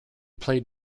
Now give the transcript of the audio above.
played